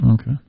Okay